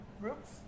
Groups